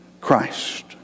Christ